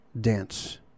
dance